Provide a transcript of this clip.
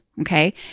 Okay